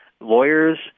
lawyers